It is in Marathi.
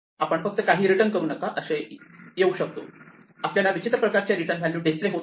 आपण फक्त काहीही रिटर्न करू नका असे येऊ शकतो आपल्याला विचित्र प्रकारच्या रिटर्न व्हॅल्यू डिस्प्ले होत नाही